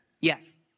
Yes